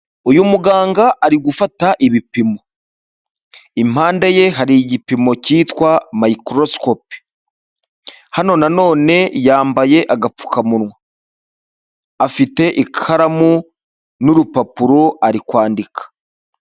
Uyu muganga ari gufata ibipimo, impande ye hari igipimo cyitwa miyikorosikope, hano nanone yambaye agapfukamunwa, afite ikaramu n'urupapuro ari kwandika.